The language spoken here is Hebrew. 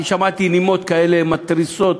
כי שמעתי נימות כאלה מתריסות,